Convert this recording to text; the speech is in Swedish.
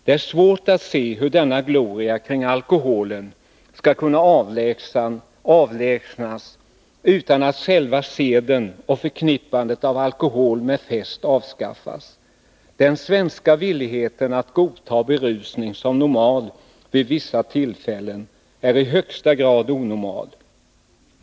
Det är svårt att se hur denna gloria kring alkoholen skall kunna avlägsnas utan att själva seden och förknippandet av alkohol med fest avskaffas. Den svenska villigheten att godta berusning som normal vid vissa tillfällen är i högsta grad onormal.